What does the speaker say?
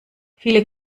viele